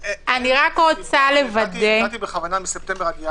נתתי בכוונה מספטמבר עד ינואר.